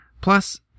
Plus